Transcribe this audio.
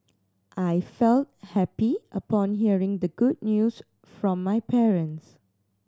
I felt happy upon hearing the good news from my parents